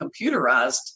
computerized